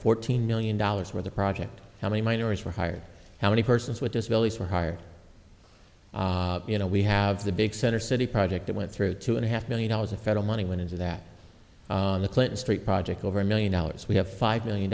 fourteen million dollars where the project how many miners were hired how many persons with disabilities were hired you know we have the big center city project that went through two and a half million dollars of federal money went into that the clinton street project over a million dollars we have five million